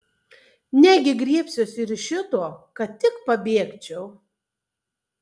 negi griebsiuosi ir šito kad tik pabėgčiau